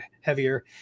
heavier